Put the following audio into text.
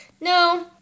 no